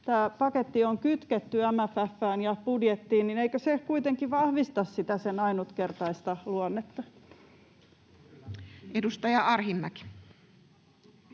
tämä paketti on kytketty MFF:ään ja budjettiin, vahvista sitä sen ainutkertaista luonnetta? Edustaja Arhinmäki.